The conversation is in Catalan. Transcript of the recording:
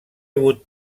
hagut